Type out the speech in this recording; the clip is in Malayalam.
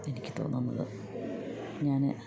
എനിക്ക് തോന്നുന്നത് ഞാൻ